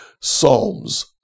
Psalms